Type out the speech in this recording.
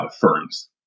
firms